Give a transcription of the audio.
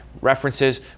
references